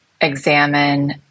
examine